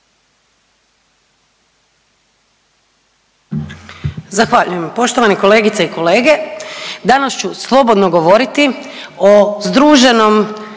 Zahvaljujem.